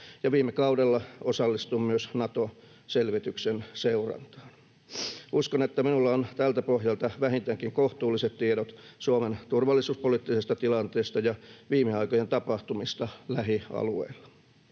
viime kaudella osallistuin myös Nato-selvityksen seurantaan. Uskon, että minulla on tältä pohjalta vähintäänkin kohtuulliset tiedot Suomen turvallisuuspoliittisesta tilanteesta ja viime aikojen tapahtumista lähialueilla.